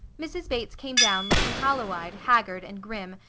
mrs. bates came down looking hollow-eyed, haggard, and grim,